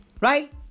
Right